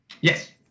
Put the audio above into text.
Yes